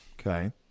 Okay